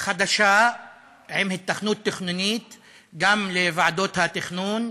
חדשה עם היתכנות תכנונית גם לוועדות התכנון,